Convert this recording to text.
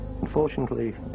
Unfortunately